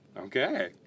Okay